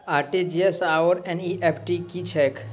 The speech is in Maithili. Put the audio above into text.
आर.टी.जी.एस आओर एन.ई.एफ.टी की छैक?